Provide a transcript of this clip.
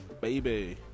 baby